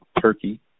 Turkey